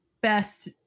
best